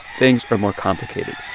things are more complicated